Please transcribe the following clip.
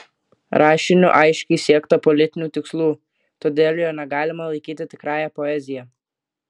rašiniu aiškiai siekta politinių tikslų todėl jo negalima laikyti tikrąja poezija